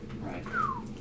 Right